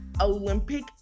Olympic